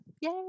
Yay